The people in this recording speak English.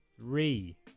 three